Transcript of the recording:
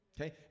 okay